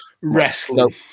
wrestling